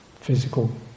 physical